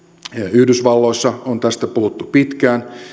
yhdysvalloissa on tästä puhuttu pitkään